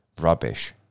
rubbish